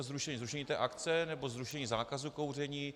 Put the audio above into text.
Zrušení té akce, nebo zrušení zákazu kouření?